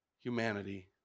humanity